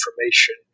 information